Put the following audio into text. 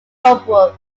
holbrook